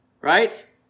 right